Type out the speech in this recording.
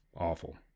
awful